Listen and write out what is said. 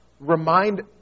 Remind